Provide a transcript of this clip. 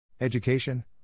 Education